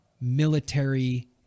military